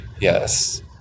yes